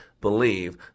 believe